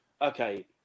Okay